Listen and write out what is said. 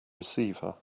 receiver